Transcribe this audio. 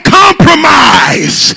compromise